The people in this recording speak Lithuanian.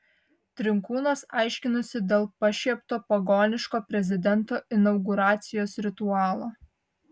trinkūnas aiškinosi dėl pašiepto pagoniško prezidento inauguracijos ritualo